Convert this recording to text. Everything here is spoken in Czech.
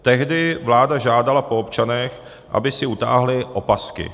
Tehdy vláda žádala po občanech, aby si utáhli opasky.